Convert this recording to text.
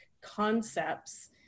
concepts